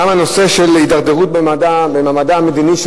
גם הנושא של הידרדרות במעמדה המדיני של